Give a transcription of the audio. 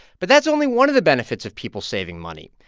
but that's only one of the benefits of people saving money.